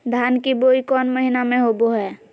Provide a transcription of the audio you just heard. धान की बोई कौन महीना में होबो हाय?